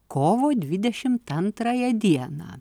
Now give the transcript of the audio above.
kovo dvidešimt antrąją dieną